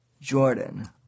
Jordan